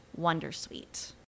Wondersuite